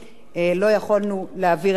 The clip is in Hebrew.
לא יכולנו להעביר את החוק הזה.